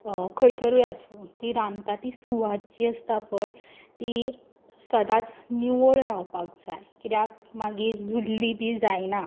खंयसरूय आसूं ती रांदता ती सुवात जी आसता पय ती सदांच निवळ रावपाक जाय कित्याक मागीर जुल्ली बी जायना